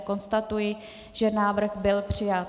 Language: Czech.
Konstatuji, že návrh byl přijat.